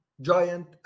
giant